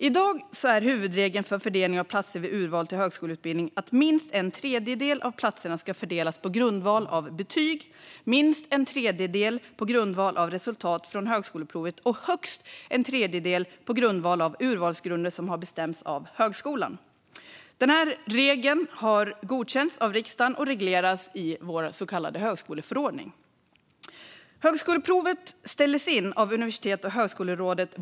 I dag är huvudregeln för fördelning av platser vid urval till högskoleutbildning att minst en tredjedel av platserna ska fördelas på grundval av betyg, minst en tredjedel på grundval av resultat från högskoleprovet och högst en tredjedel på grundval av urvalsgrunder som har bestämts av högskolan. Den här regeln har godkänts av riksdagen och regleras i vår så kallade högskoleförordning. Högskoleprovet ställdes våren 2020 in av Universitets och högskolerådet.